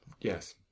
Yes